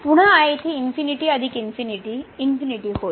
पुन्हा येथे ∞∞ होईल